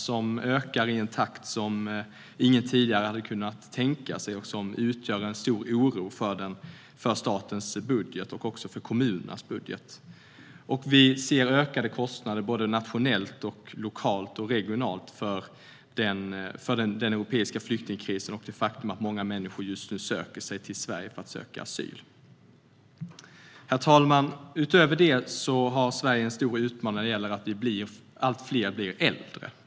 De ökar i takt som ingen tidigare hade kunnat tänka sig, och det medför en stor oro för statens budget och kommunernas budgetar. Vi ser ökade kostnader nationellt, regionalt och lokalt för den europeiska flyktingkrisen och det faktum att många människor just nu söker sig till Sverige för att söka asyl. Herr talman! Utöver det har Sverige en stor utmaning i att allt fler blir äldre.